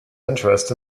interest